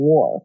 War